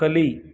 ಕಲಿ